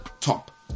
top